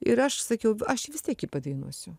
ir aš sakiau aš vis tiek padainuosiu